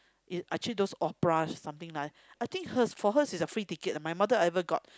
is actually those opera something lah I think hers for hers is a free ticket my mother ever got